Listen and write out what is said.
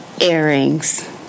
earrings